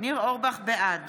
בעד